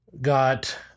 got